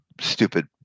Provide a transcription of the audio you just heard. stupid